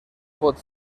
pot